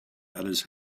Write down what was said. others